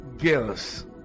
girls